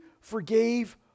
forgave